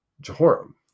Jehoram